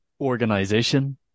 organization